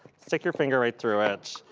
stick your finger right through it.